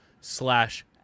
slash